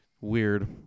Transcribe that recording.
Weird